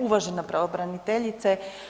Uvažena pravobraniteljice.